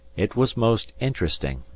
it was most interesting,